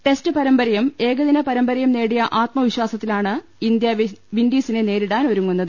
test പരമ്പരയും ഏകദിന പരമ്പരയും നേടിയ ആത്മവിശ്വാസത്തിലാണ് ഇന്ത്യ വിൻഡീസിനെ നേരി ടാൻ ഒരുങ്ങുന്നത്